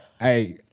Hey